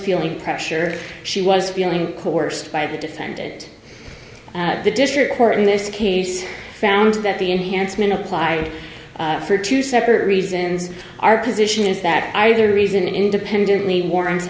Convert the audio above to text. feeling pressure she was feeling coerced by the defended the district court in this case found that the enhancement applied for two separate reasons our position is that either reason independently warrants